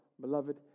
beloved